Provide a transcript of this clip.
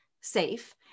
safe